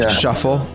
shuffle